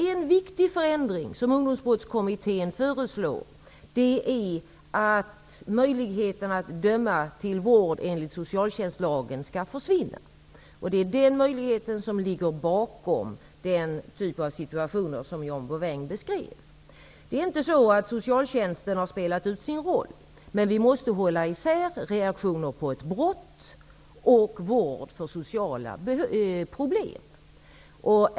En viktig förändring som Ungdomsbrottskommittén föreslår är att möjligheten att döma till vård enligt socialtjänstlagen skall försvinna. Det är den möjligheten som ligger bakom den typ av situationer som John Bouvin beskrev. Socialtjänsten har inte spelat ut sin roll, men vi måste hålla isär reaktioner på ett brott och vård för sociala problem.